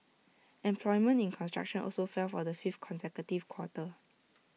employment in construction also fell for the fifth consecutive quarter